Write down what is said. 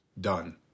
done